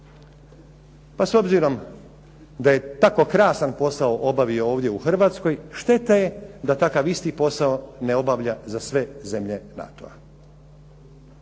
Pa s obzirom da je tako krasan posao obavio ovdje u Hrvatskoj šteta je da takav isti posao ne obavlja za sve zemlje NATO-a.